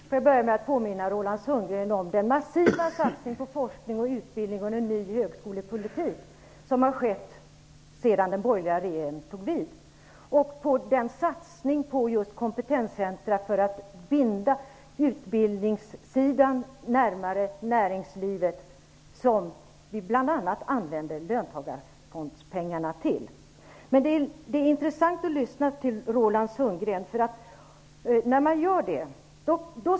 Herr talman! Jag skall börja med att påminna Roland Sundgren om den offensiva satsning på forskning, utbildning och en ny högskolepolitik som har skett sedan den borgerliga regeringen tog vid samt på den satsning på kompetenscentrum för att binda utbildningssidan närmare näringslivet, som vi använder bl.a. löntagarfondspengarna till. Det är intressant att lyssna till Roland Sundgren.